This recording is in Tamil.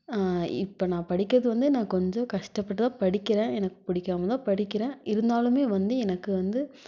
இப்போ நான் படிக்கிறது வந்து நான் கொஞ்சம் கஷ்டப்பட்டுதான் படிக்கிறேன் எனக்கு பிடிக்காமதான் படிக்கிறேன் இருந்தாலுமே வந்து எனக்கு வந்து